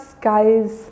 Guys